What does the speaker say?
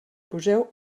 poseu